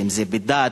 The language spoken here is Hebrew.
אם בדת,